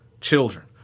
children